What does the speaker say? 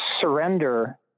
surrender